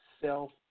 Self